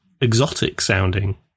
exotic-sounding